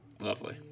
Lovely